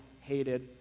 hated